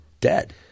dead